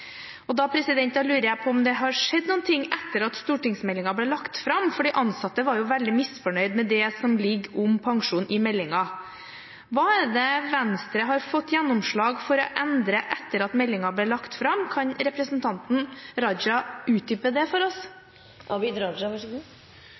ansatte. Da lurer jeg på om det har skjedd noe etter at stortingsmeldingen ble lagt fram, for de ansatte var veldig misfornøyde med det som ligger om pensjon i meldingen. Hva er det Venstre har fått gjennomslag for å endre etter at meldingen ble lagt fram? Kan representanten Raja utdype det for oss?